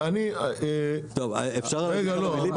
אני --- טוב, אפשר --- רגע, לא.